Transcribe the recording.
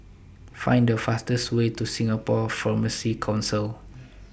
Find The fastest Way to Singapore Pharmacy Council